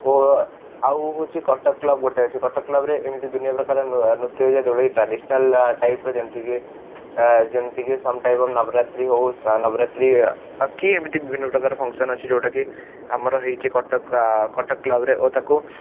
ଓ ଆଉ ହଉଛି କଟକ କ୍ଲବ୍ ଗୋଟେ ଅଛି କଟକ କ୍ଲବ୍ ରେ ଏମିତି ଦୁନିଆ ପ୍ରକାରର ନୁ ନୃତ୍ୟ ହୁଏ ଦୋଳି ଟ୍ରାଡ଼ିସନାଲ୍ ଟାଇପ୍ ର ଯେମିତି କି ଯେମିତି କି ସମ୍ ଟାଇପ୍ ଅଫ ନବରାତ୍ରି ହଉ ସ୍ ନବରାତ୍ରି କି ଏମିତି ବିଭିନ୍ନ ପ୍ରକାର ଫନକସନ୍ ଅଛି ଯେଉଁଟାକି ଆମର ହେଇଛି କଟକ କଟକ କ୍ଲବ୍ ରେ ଓ ତାକୁ